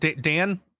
Dan